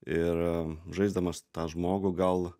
ir žaisdamas tą žmogų gal